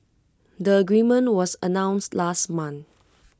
the agreement was announced last month